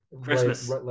Christmas